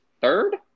third